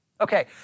Okay